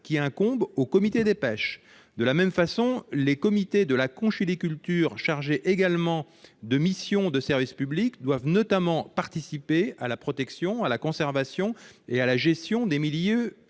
qui incombe aux comités des pêches. De la même façon, les comités de la conchyliculture sont chargés de missions de service public ; ils doivent, notamment, participer à la protection, à la conservation et à la gestion des milieux